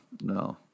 no